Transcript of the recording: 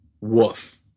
woof